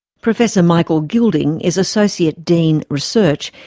professor michael gilding is associate dean research,